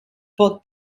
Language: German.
bot